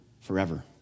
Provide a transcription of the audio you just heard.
forever